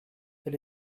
elle